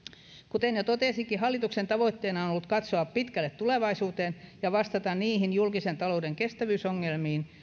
kuten jo totesinkin hallituksen tavoitteena on ollut katsoa pitkälle tulevaisuuteen ja vastata niihin julkisen talouden kestävyysongelmiin